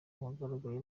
wagaragaye